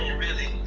really.